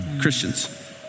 Christians